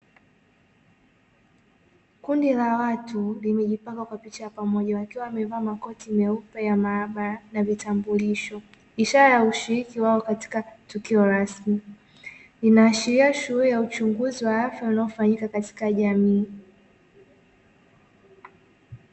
Kundi la watu limejipanga kwa picha ya pamoja wakiwa wamevaa makoti meupe ya maabara na vitambulisho, ishara ya ushiriki wao katika tukio rasmi, linaashiria shughuli ya uchunguzi wa afya unaofanyika katika jamii.